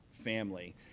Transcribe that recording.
family